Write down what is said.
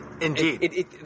indeed